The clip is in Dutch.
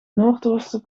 noordoosten